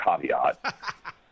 caveat